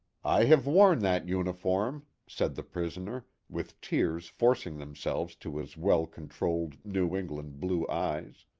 i have worn that uniform, said the prisoner, with tears forcing themselves to his well-con trolled new england blue eyes.